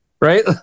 right